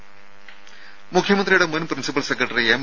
രും മുഖ്യമന്ത്രിയുടെ മുൻ പ്രിൻസിപ്പൽ സെക്രട്ടറി എം